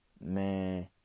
man